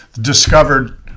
discovered